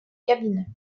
cabinet